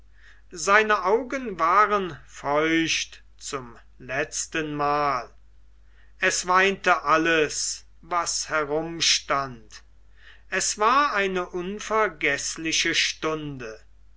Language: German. seine augen waren feucht zum letztenmal es weinte alles was herum stand es war eine unvergeßliche stunde